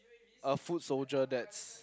a food solider that's